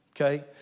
Okay